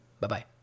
Bye-bye